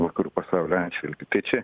vakarų pasaulio atžvilgiu tai čia